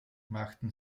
machten